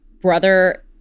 brother